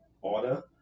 order